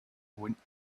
went